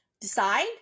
decide